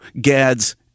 Gad's